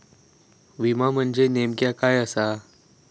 विमा म्हणजे नेमक्या काय आसा?